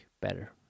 better